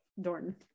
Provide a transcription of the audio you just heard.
Dorn